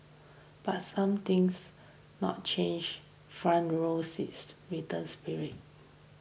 but some things not change front rows return spirit